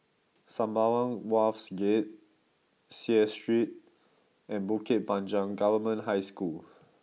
Sembawang Wharves Gate Seah Street and Bukit Panjang Government High School